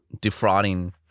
defrauding